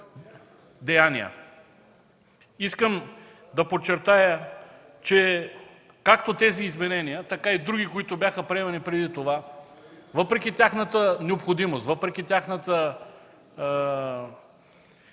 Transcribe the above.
деяния. Искам да подчертая, че както тези изменения, така и други, които бяха приемани преди това, въпреки тяхната необходимост, въпреки тяхната